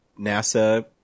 NASA